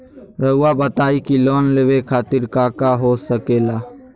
रउआ बताई की लोन लेवे खातिर काका हो सके ला?